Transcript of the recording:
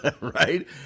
right